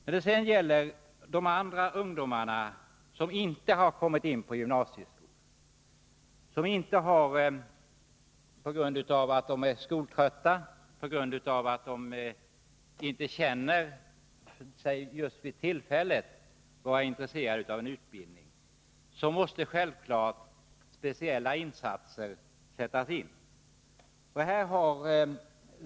När det sedan gäller de andra ungdomarna, som inte har kommit in på gymnasieskolan, som är skoltrötta eller för tillfället inte känner sig intresserade av en utbildning, måste det självfallet sättas in speciella insatser för dem.